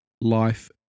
life